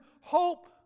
Hope